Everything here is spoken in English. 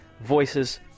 voices